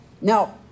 Now